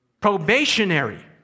probationary